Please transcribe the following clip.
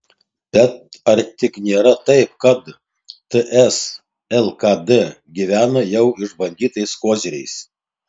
bet ar tik nėra taip kad ts lkd gyvena jau išbandytais koziriais